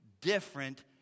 different